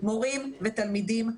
מורים ותלמידים,